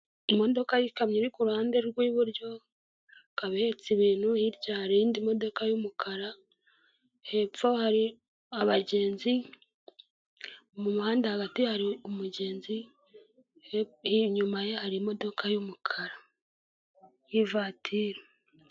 Imodoka y'ikamyo iri ku ruhande rw'iburyo, ikaba ihetse ibintu hirya hari indi modoka y'umukara, hepfo hari abagenzi mu muhanda hagati hari umugenzi, inyuma ye hari imodoka y'umukara y'ivatiri.